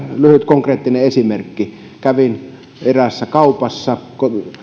lyhyt konkreettinen esimerkki kävin eräässä kaupassa